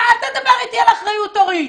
לא, אל תדבר איתי על אחריות הורית.